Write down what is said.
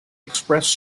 express